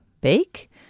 bake